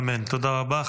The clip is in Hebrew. אמן, תודה רבה.